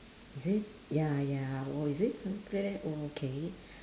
is it ya ya or is it okay